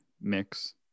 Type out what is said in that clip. mix